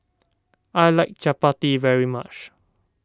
I like Chapati very much